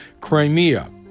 Crimea